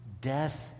death